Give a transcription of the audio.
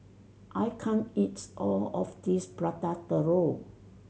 I can't eat all of this Prata Telur